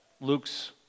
Luke's